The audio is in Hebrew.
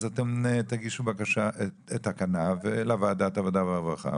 אז אתם תגישו תקנה לוועדת העבודה והרווחה,